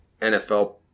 NFL